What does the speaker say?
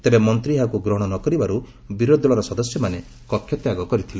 ତେବେ ମନ୍ତ୍ରୀ ଏହାକୁ ଗ୍ରହଣ ନ କରିବାରୁ ବିରୋଧୀ ଦଳର ସଦସ୍ୟମାନେ କକ୍ଷତ୍ୟାଗ କରିଥିଲେ